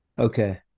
Okay